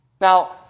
Now